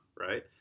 Right